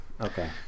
Okay